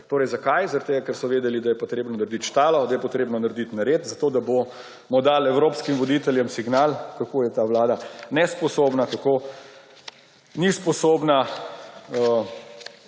Torej zakaj? Zaradi tega, ker so vedeli, da je potrebno narediti štalo, da je potrebno narediti nered zato, da bomo dali evropskim voditeljem signal, kako je ta vlada nesposobna, kako ni sposobna